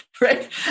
right